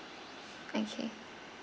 okay